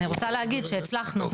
אני רוצה להגיד שהצלחנו.